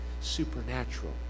supernatural